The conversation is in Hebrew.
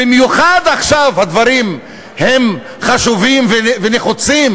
במיוחד עכשיו הדברים הם חשובים ונחוצים,